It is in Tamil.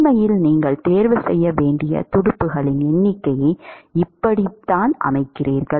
உண்மையில் நீங்கள் தேர்வு செய்ய வேண்டிய துடுப்புகளின் எண்ணிக்கையை இப்படித்தான் அமைக்கிறீர்கள்